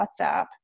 WhatsApp